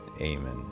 Amen